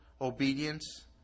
obedience